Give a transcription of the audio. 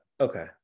Okay